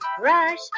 brush